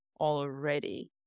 already